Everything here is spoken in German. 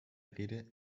rede